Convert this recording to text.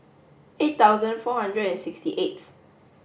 eight thousand four hundred and sixty eighth